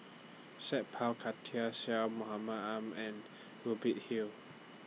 Sat Pal Khattar Syed Mohamed Ahmed and Hubert Hill